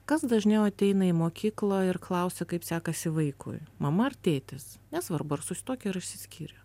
kas dažniau ateina į mokyklą ir klausia kaip sekasi vaikui mama ar tėtis nesvarbu ar susituokę ir išsiskyrę